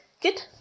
Good